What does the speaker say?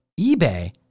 eBay